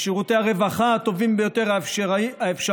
לשירותי הרווחה הטובים ביותר האפשריים,